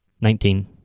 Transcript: Nineteen